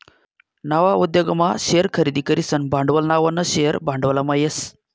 नवा उद्योगमा शेअर खरेदी करीसन भांडवल लावानं शेअर भांडवलमा येस